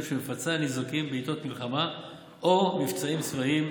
שמפצה על נזקים בעיתות מלחמה או מבצעים צבאיים,